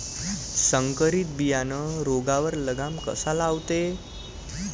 संकरीत बियानं रोगावर लगाम कसा लावते?